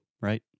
right